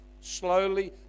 slowly